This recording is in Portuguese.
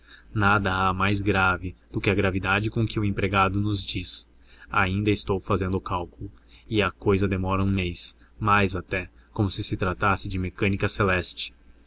nada há mais grave do que a gravidade com que o empregado nos diz ainda estou fazendo o cálculo e a cousa demora um mês mais até como se se tratasse de mecânica celeste